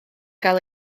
gael